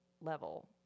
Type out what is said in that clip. level